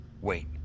Wait